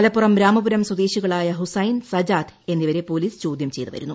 മലപ്പുറം രാമപുരം സ്വദേശികളായ ഹുസൈൻ സജാത് എന്നിവരെ പോലീസ് ചോദ്യം ചെയ്തു വരുന്നു